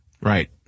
Right